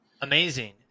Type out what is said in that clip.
Amazing